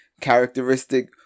characteristic